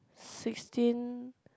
sixteen